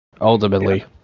Ultimately